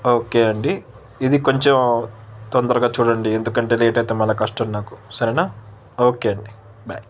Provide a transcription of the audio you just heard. okay అండి ఇది కొంచెం తొందరగా చూడండి ఎందుకంటే లేటైతే మళ్ళీ కష్టం నాకు సరేనా ఓకే అండి బాయ్